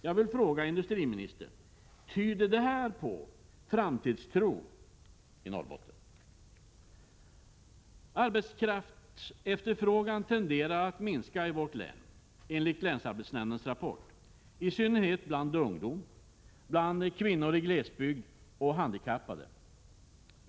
Jag vill fråga industriministern: Tyder det här på framtidstro i Norrbotten? Arbetskraftsefterfrågan tenderar att minska i vårt län enligt länsarbetsnämndens rapport, i synnerhet bland ungdom, bland kvinnor i glesbygd och bland handikappade.